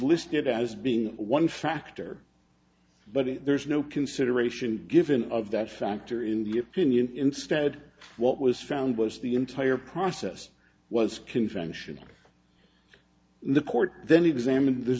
listed as being one factor but there is no consideration given of that factor in the opinion instead what was found was the entire process was conventional the court then examined th